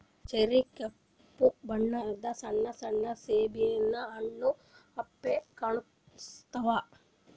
cherry ಕೆಂಪ್ ಬಣ್ಣದ್ ಸಣ್ಣ ಸಣ್ಣು ಸೇಬಿನ್ ಹಣ್ಣ್ ಅಪ್ಲೆ ಕಾಣಸ್ತಾವ್